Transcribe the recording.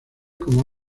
como